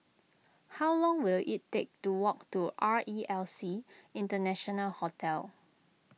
how long will it take to walk to R E L C International Hotel